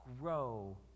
grow